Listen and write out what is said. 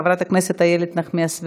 חברת הכנסת איילת נחמיאס ורבין,